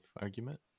argument